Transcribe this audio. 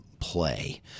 play